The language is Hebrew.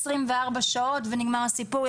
עשרים וארבע שעות ונגמר הסיפור.